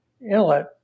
Inlet